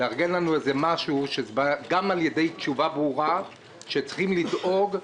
צריך לתת תשובה ברורה לתושבים הדואגים,